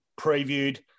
previewed